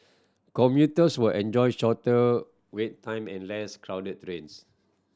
commuters will enjoy shorter wait time and less crowded trains